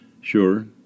Sure